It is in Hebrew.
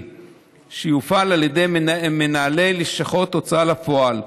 שיופעל על ידי מנהלי לשכות הוצאה לפועל,